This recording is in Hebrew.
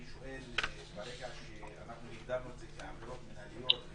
ברגע שהגדרנו את זה כעבירות מנהליות,